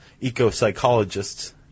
eco-psychologists